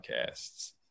podcasts